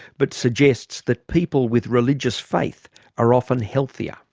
but suggests that people with religious faith are often healthier.